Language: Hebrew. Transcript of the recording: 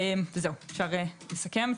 אסכם.